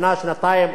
או שבע שנים.